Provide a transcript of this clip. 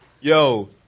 yo